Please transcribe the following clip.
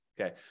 okay